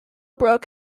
brook